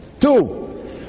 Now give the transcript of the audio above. Two